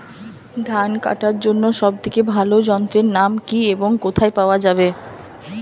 ধান কাটার জন্য সব থেকে ভালো যন্ত্রের নাম কি এবং কোথায় পাওয়া যাবে?